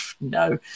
no